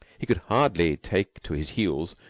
he could hardly take to his heels,